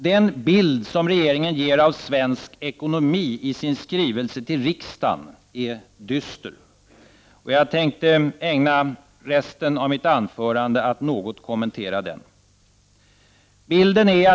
Den bild som regeringen ger av svensk ekonomi i sin skrivelse till riksdagen är dyster. Jag tänkte ägna resten av mitt anförande åt att något kommentera den.